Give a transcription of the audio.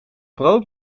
brood